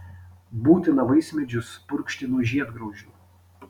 būtina vaismedžius purkšti nuo žiedgraužių